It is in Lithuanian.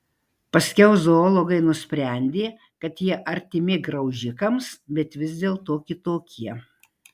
paskiau zoologai nusprendė kad jie artimi graužikams bet vis dėlto kitokie